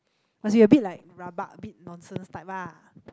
must be a bit like rabak a bit nonsense type ah